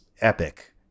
epic